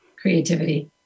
creativity